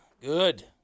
Good